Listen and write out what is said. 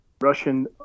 Russian